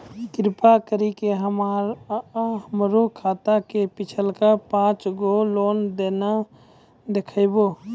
कृपा करि के हमरा हमरो खाता के पिछलका पांच गो लेन देन देखाबो